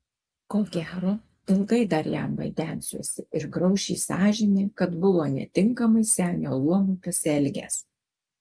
ko gero ilgai dar jam vaidensiuosi ir grauš jį sąžinė kad buvo netinkamai senio luomui pasielgęs